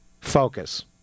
focus